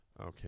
Okay